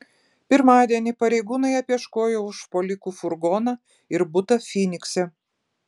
pirmadienį pareigūnai apieškojo užpuolikų furgoną ir butą fynikse